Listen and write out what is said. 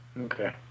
Okay